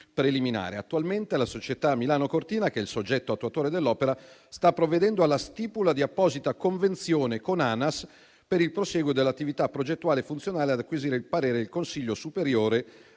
preliminare. Attualmente la società Milano-Cortina, che è il soggetto attuatore dell'opera, sta provvedendo alla stipula di apposita convenzione con Anas per il prosieguo dell'attività progettuale, funzionale ad acquisire il parere del Consiglio superiore